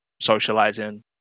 socializing